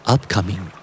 Upcoming